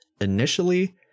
Initially